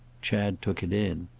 chad took it in.